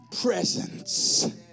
presence